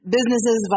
Businesses